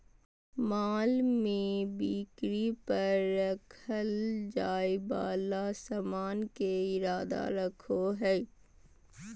माल में बिक्री पर रखल जाय वाला सामान के इरादा रखो हइ